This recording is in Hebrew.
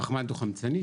ופחמן דו חמצני,